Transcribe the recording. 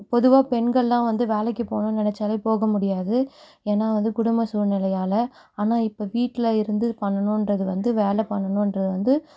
பொதுவாக பெண்கள்லாம் வந்து வேலைக்கு போகணுனு நினச்சாலே போக முடியாது ஏன்னா வந்து குடும்ப சூழ்நிலையால் ஆனால் இப்போ வீட்டில் இருந்து பண்ணணுன்றது வந்து வேலை பண்ணணுன்றது வந்து